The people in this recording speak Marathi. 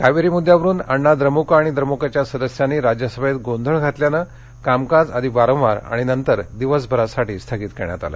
कावेरी मृद्यावरून अण्णा द्रमुक आणि द्रमुकच्या सदस्यांनी राज्यसभेत गोंधळ घातल्याने कामकाज आधी वारंवार आणि नंतर दिवसभरासाठी स्थगित करण्यात आलं